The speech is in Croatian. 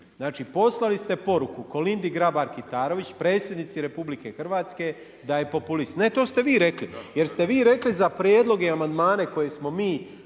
Znači, poslali ste poruku Kolindi Grabar Kitarović predsjednici Republike Hrvatske da je populist. Ne, to ste vi rekli. Jer ste vi rekli za prijedloge i amandmane koje smo mi